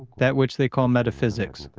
that which they call metaphysics,